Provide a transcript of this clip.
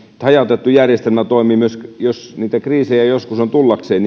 hajautettu järjestelmä toimii jos niitä kriisejä joskus on tullakseen